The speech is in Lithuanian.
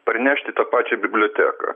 parnešt į tą pačią biblioteką